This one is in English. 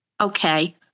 Okay